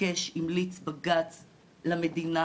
המליץ בג"צ למדינה,